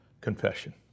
confession